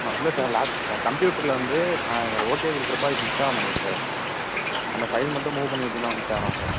ஆ இல்லை sir lab கம்ப்யூட்டரில் வந்து நான் இங்கே ஓகே கொடுக்குறப்ப அது க்ளிக் ஆகமாட்டிங்குது சார் அந்த ஃபைல் மட்டும் மூவ் பண்ணி விட்டிங்கன்னா கொஞ்சம் தேவலாம் சார்